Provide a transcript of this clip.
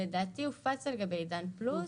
לדעתי הוא הופץ על גבי עידן פלוס.